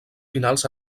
finals